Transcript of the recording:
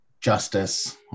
justice